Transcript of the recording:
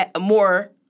more